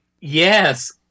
yes